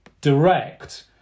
direct